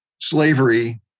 slavery